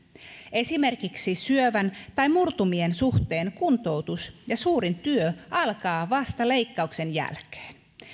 esimerkiksi syövän tai murtuminen suhteen kuntoutus ja suurin työ alkaa vasta leikkauksen jälkeen